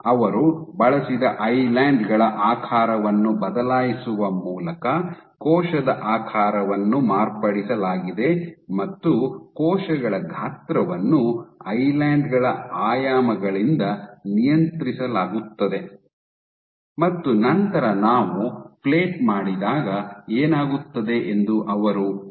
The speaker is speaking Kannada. ಅವರು ಬಳಸಿದ ಐಲ್ಯಾನ್ಡ್ ಗಳ ಆಕಾರವನ್ನು ಬದಲಾಯಿಸುವ ಮೂಲಕ ಕೋಶದ ಆಕಾರವನ್ನು ಮಾರ್ಪಡಿಸಲಾಗಿದೆ ಮತ್ತು ಕೋಶಗಳ ಗಾತ್ರವನ್ನು ಐಲ್ಯಾನ್ಡ್ ಗಳ ಆಯಾಮಗಳಿಂದ ನಿಯಂತ್ರಿಸಲಾಗುತ್ತದೆ ಮತ್ತು ನಂತರ ನಾವು ಪ್ಲೇಟ್ ಮಾಡಿದಾಗ ಏನಾಗುತ್ತದೆ ಎಂದು ಅವರು ಕೇಳಿದರು